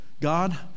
God